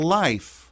life